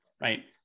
right